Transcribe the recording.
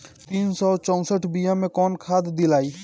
तीन सउ चउसठ बिया मे कौन खाद दलाई?